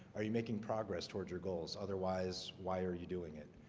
are you making progress towards your goals? otherwise, why are you doing it?